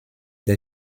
der